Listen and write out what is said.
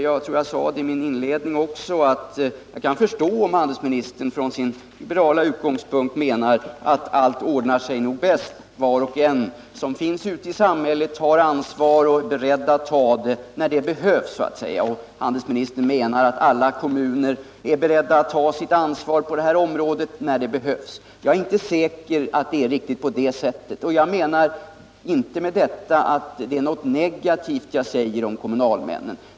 Jag tror jag sade i min inledning att jag kan förstå om handelsministern från sin liberala utgångspunkt menar att allt ordnar sig nog bäst utan inblandning — var och en som finns ute i samhället tar ansvar och är beredd att ta det när det behövs. Handelsministern menar alltså att alla kommuner är beredda att ta sitt ansvar på det här området när det behövs. Jag är inte säker på att det är riktigt på det sättet. Jag menar inte med detta något negativt om kommunalmännen.